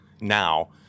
now